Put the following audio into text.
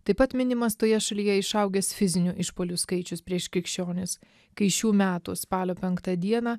taip pat minimas toje šalyje išaugęs fizinių išpuolių skaičius prieš kikščionis kai šių metų spalio penktą dieną